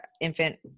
infant